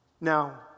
Now